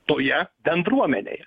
toje bendruomenėje